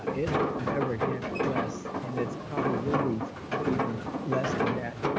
ah it'll never get less and it's probably will be even less than that.